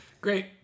Great